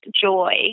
joy